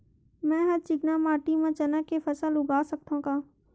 मै ह चिकना माटी म चना के फसल उगा सकथव का?